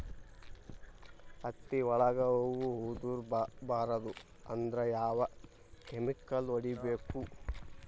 ಹತ್ತಿ ಒಳಗ ಹೂವು ಉದುರ್ ಬಾರದು ಅಂದ್ರ ಯಾವ ಕೆಮಿಕಲ್ ಹೊಡಿಬೇಕು?